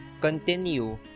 continue